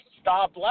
stop